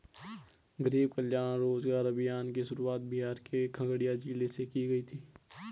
गरीब कल्याण रोजगार अभियान की शुरुआत बिहार के खगड़िया जिले से की गयी है